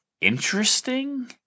interesting